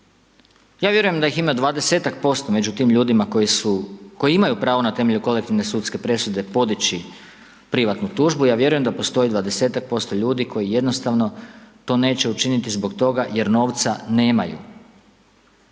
ja vjerujem da ih 20% među tim ljudima koji imaju pravo na temelju kolektivne sudske presude podići privatnu tužbu, ja vjerujem da postoji 20% ljudi koji jednostavno to neće učiniti zbog toga jer novca nemaju.